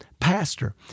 pastor